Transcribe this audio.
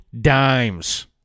Dimes